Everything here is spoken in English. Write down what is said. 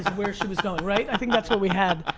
where she was going, right? i think that's what we have.